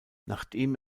nachdem